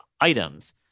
items